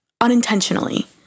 unintentionally